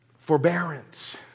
Forbearance